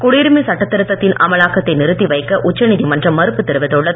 குடியுரிமை சட்ட திருத்தத்தின் அமலாக்கத்தை நிறுத்தி வைக்க உச்சநீதிமன்றம் மறுப்பு தெரிவித்துள்ளது